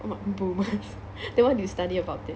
what boomers they want to study about it